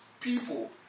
people